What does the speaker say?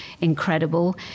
incredible